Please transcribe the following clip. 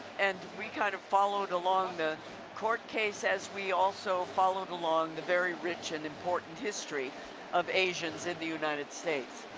and we kind of followed along the court case as we also followed along the very rich and important history of asians in the united states.